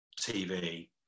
tv